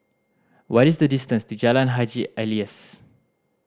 what is the distance to Jalan Haji Alias